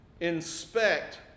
inspect